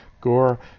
gore